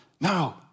No